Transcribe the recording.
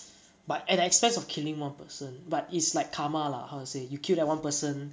but at the expense of killing one person but is like karma lah how to say you kill one person